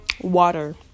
water